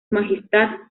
majestad